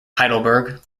heidelberg